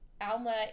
Alma